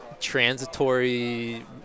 transitory